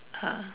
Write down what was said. ah